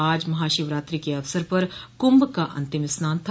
आज महाशिवरात्रि के अवसर पर कुंभ का अंतिम स्नान था